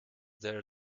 their